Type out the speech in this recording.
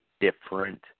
different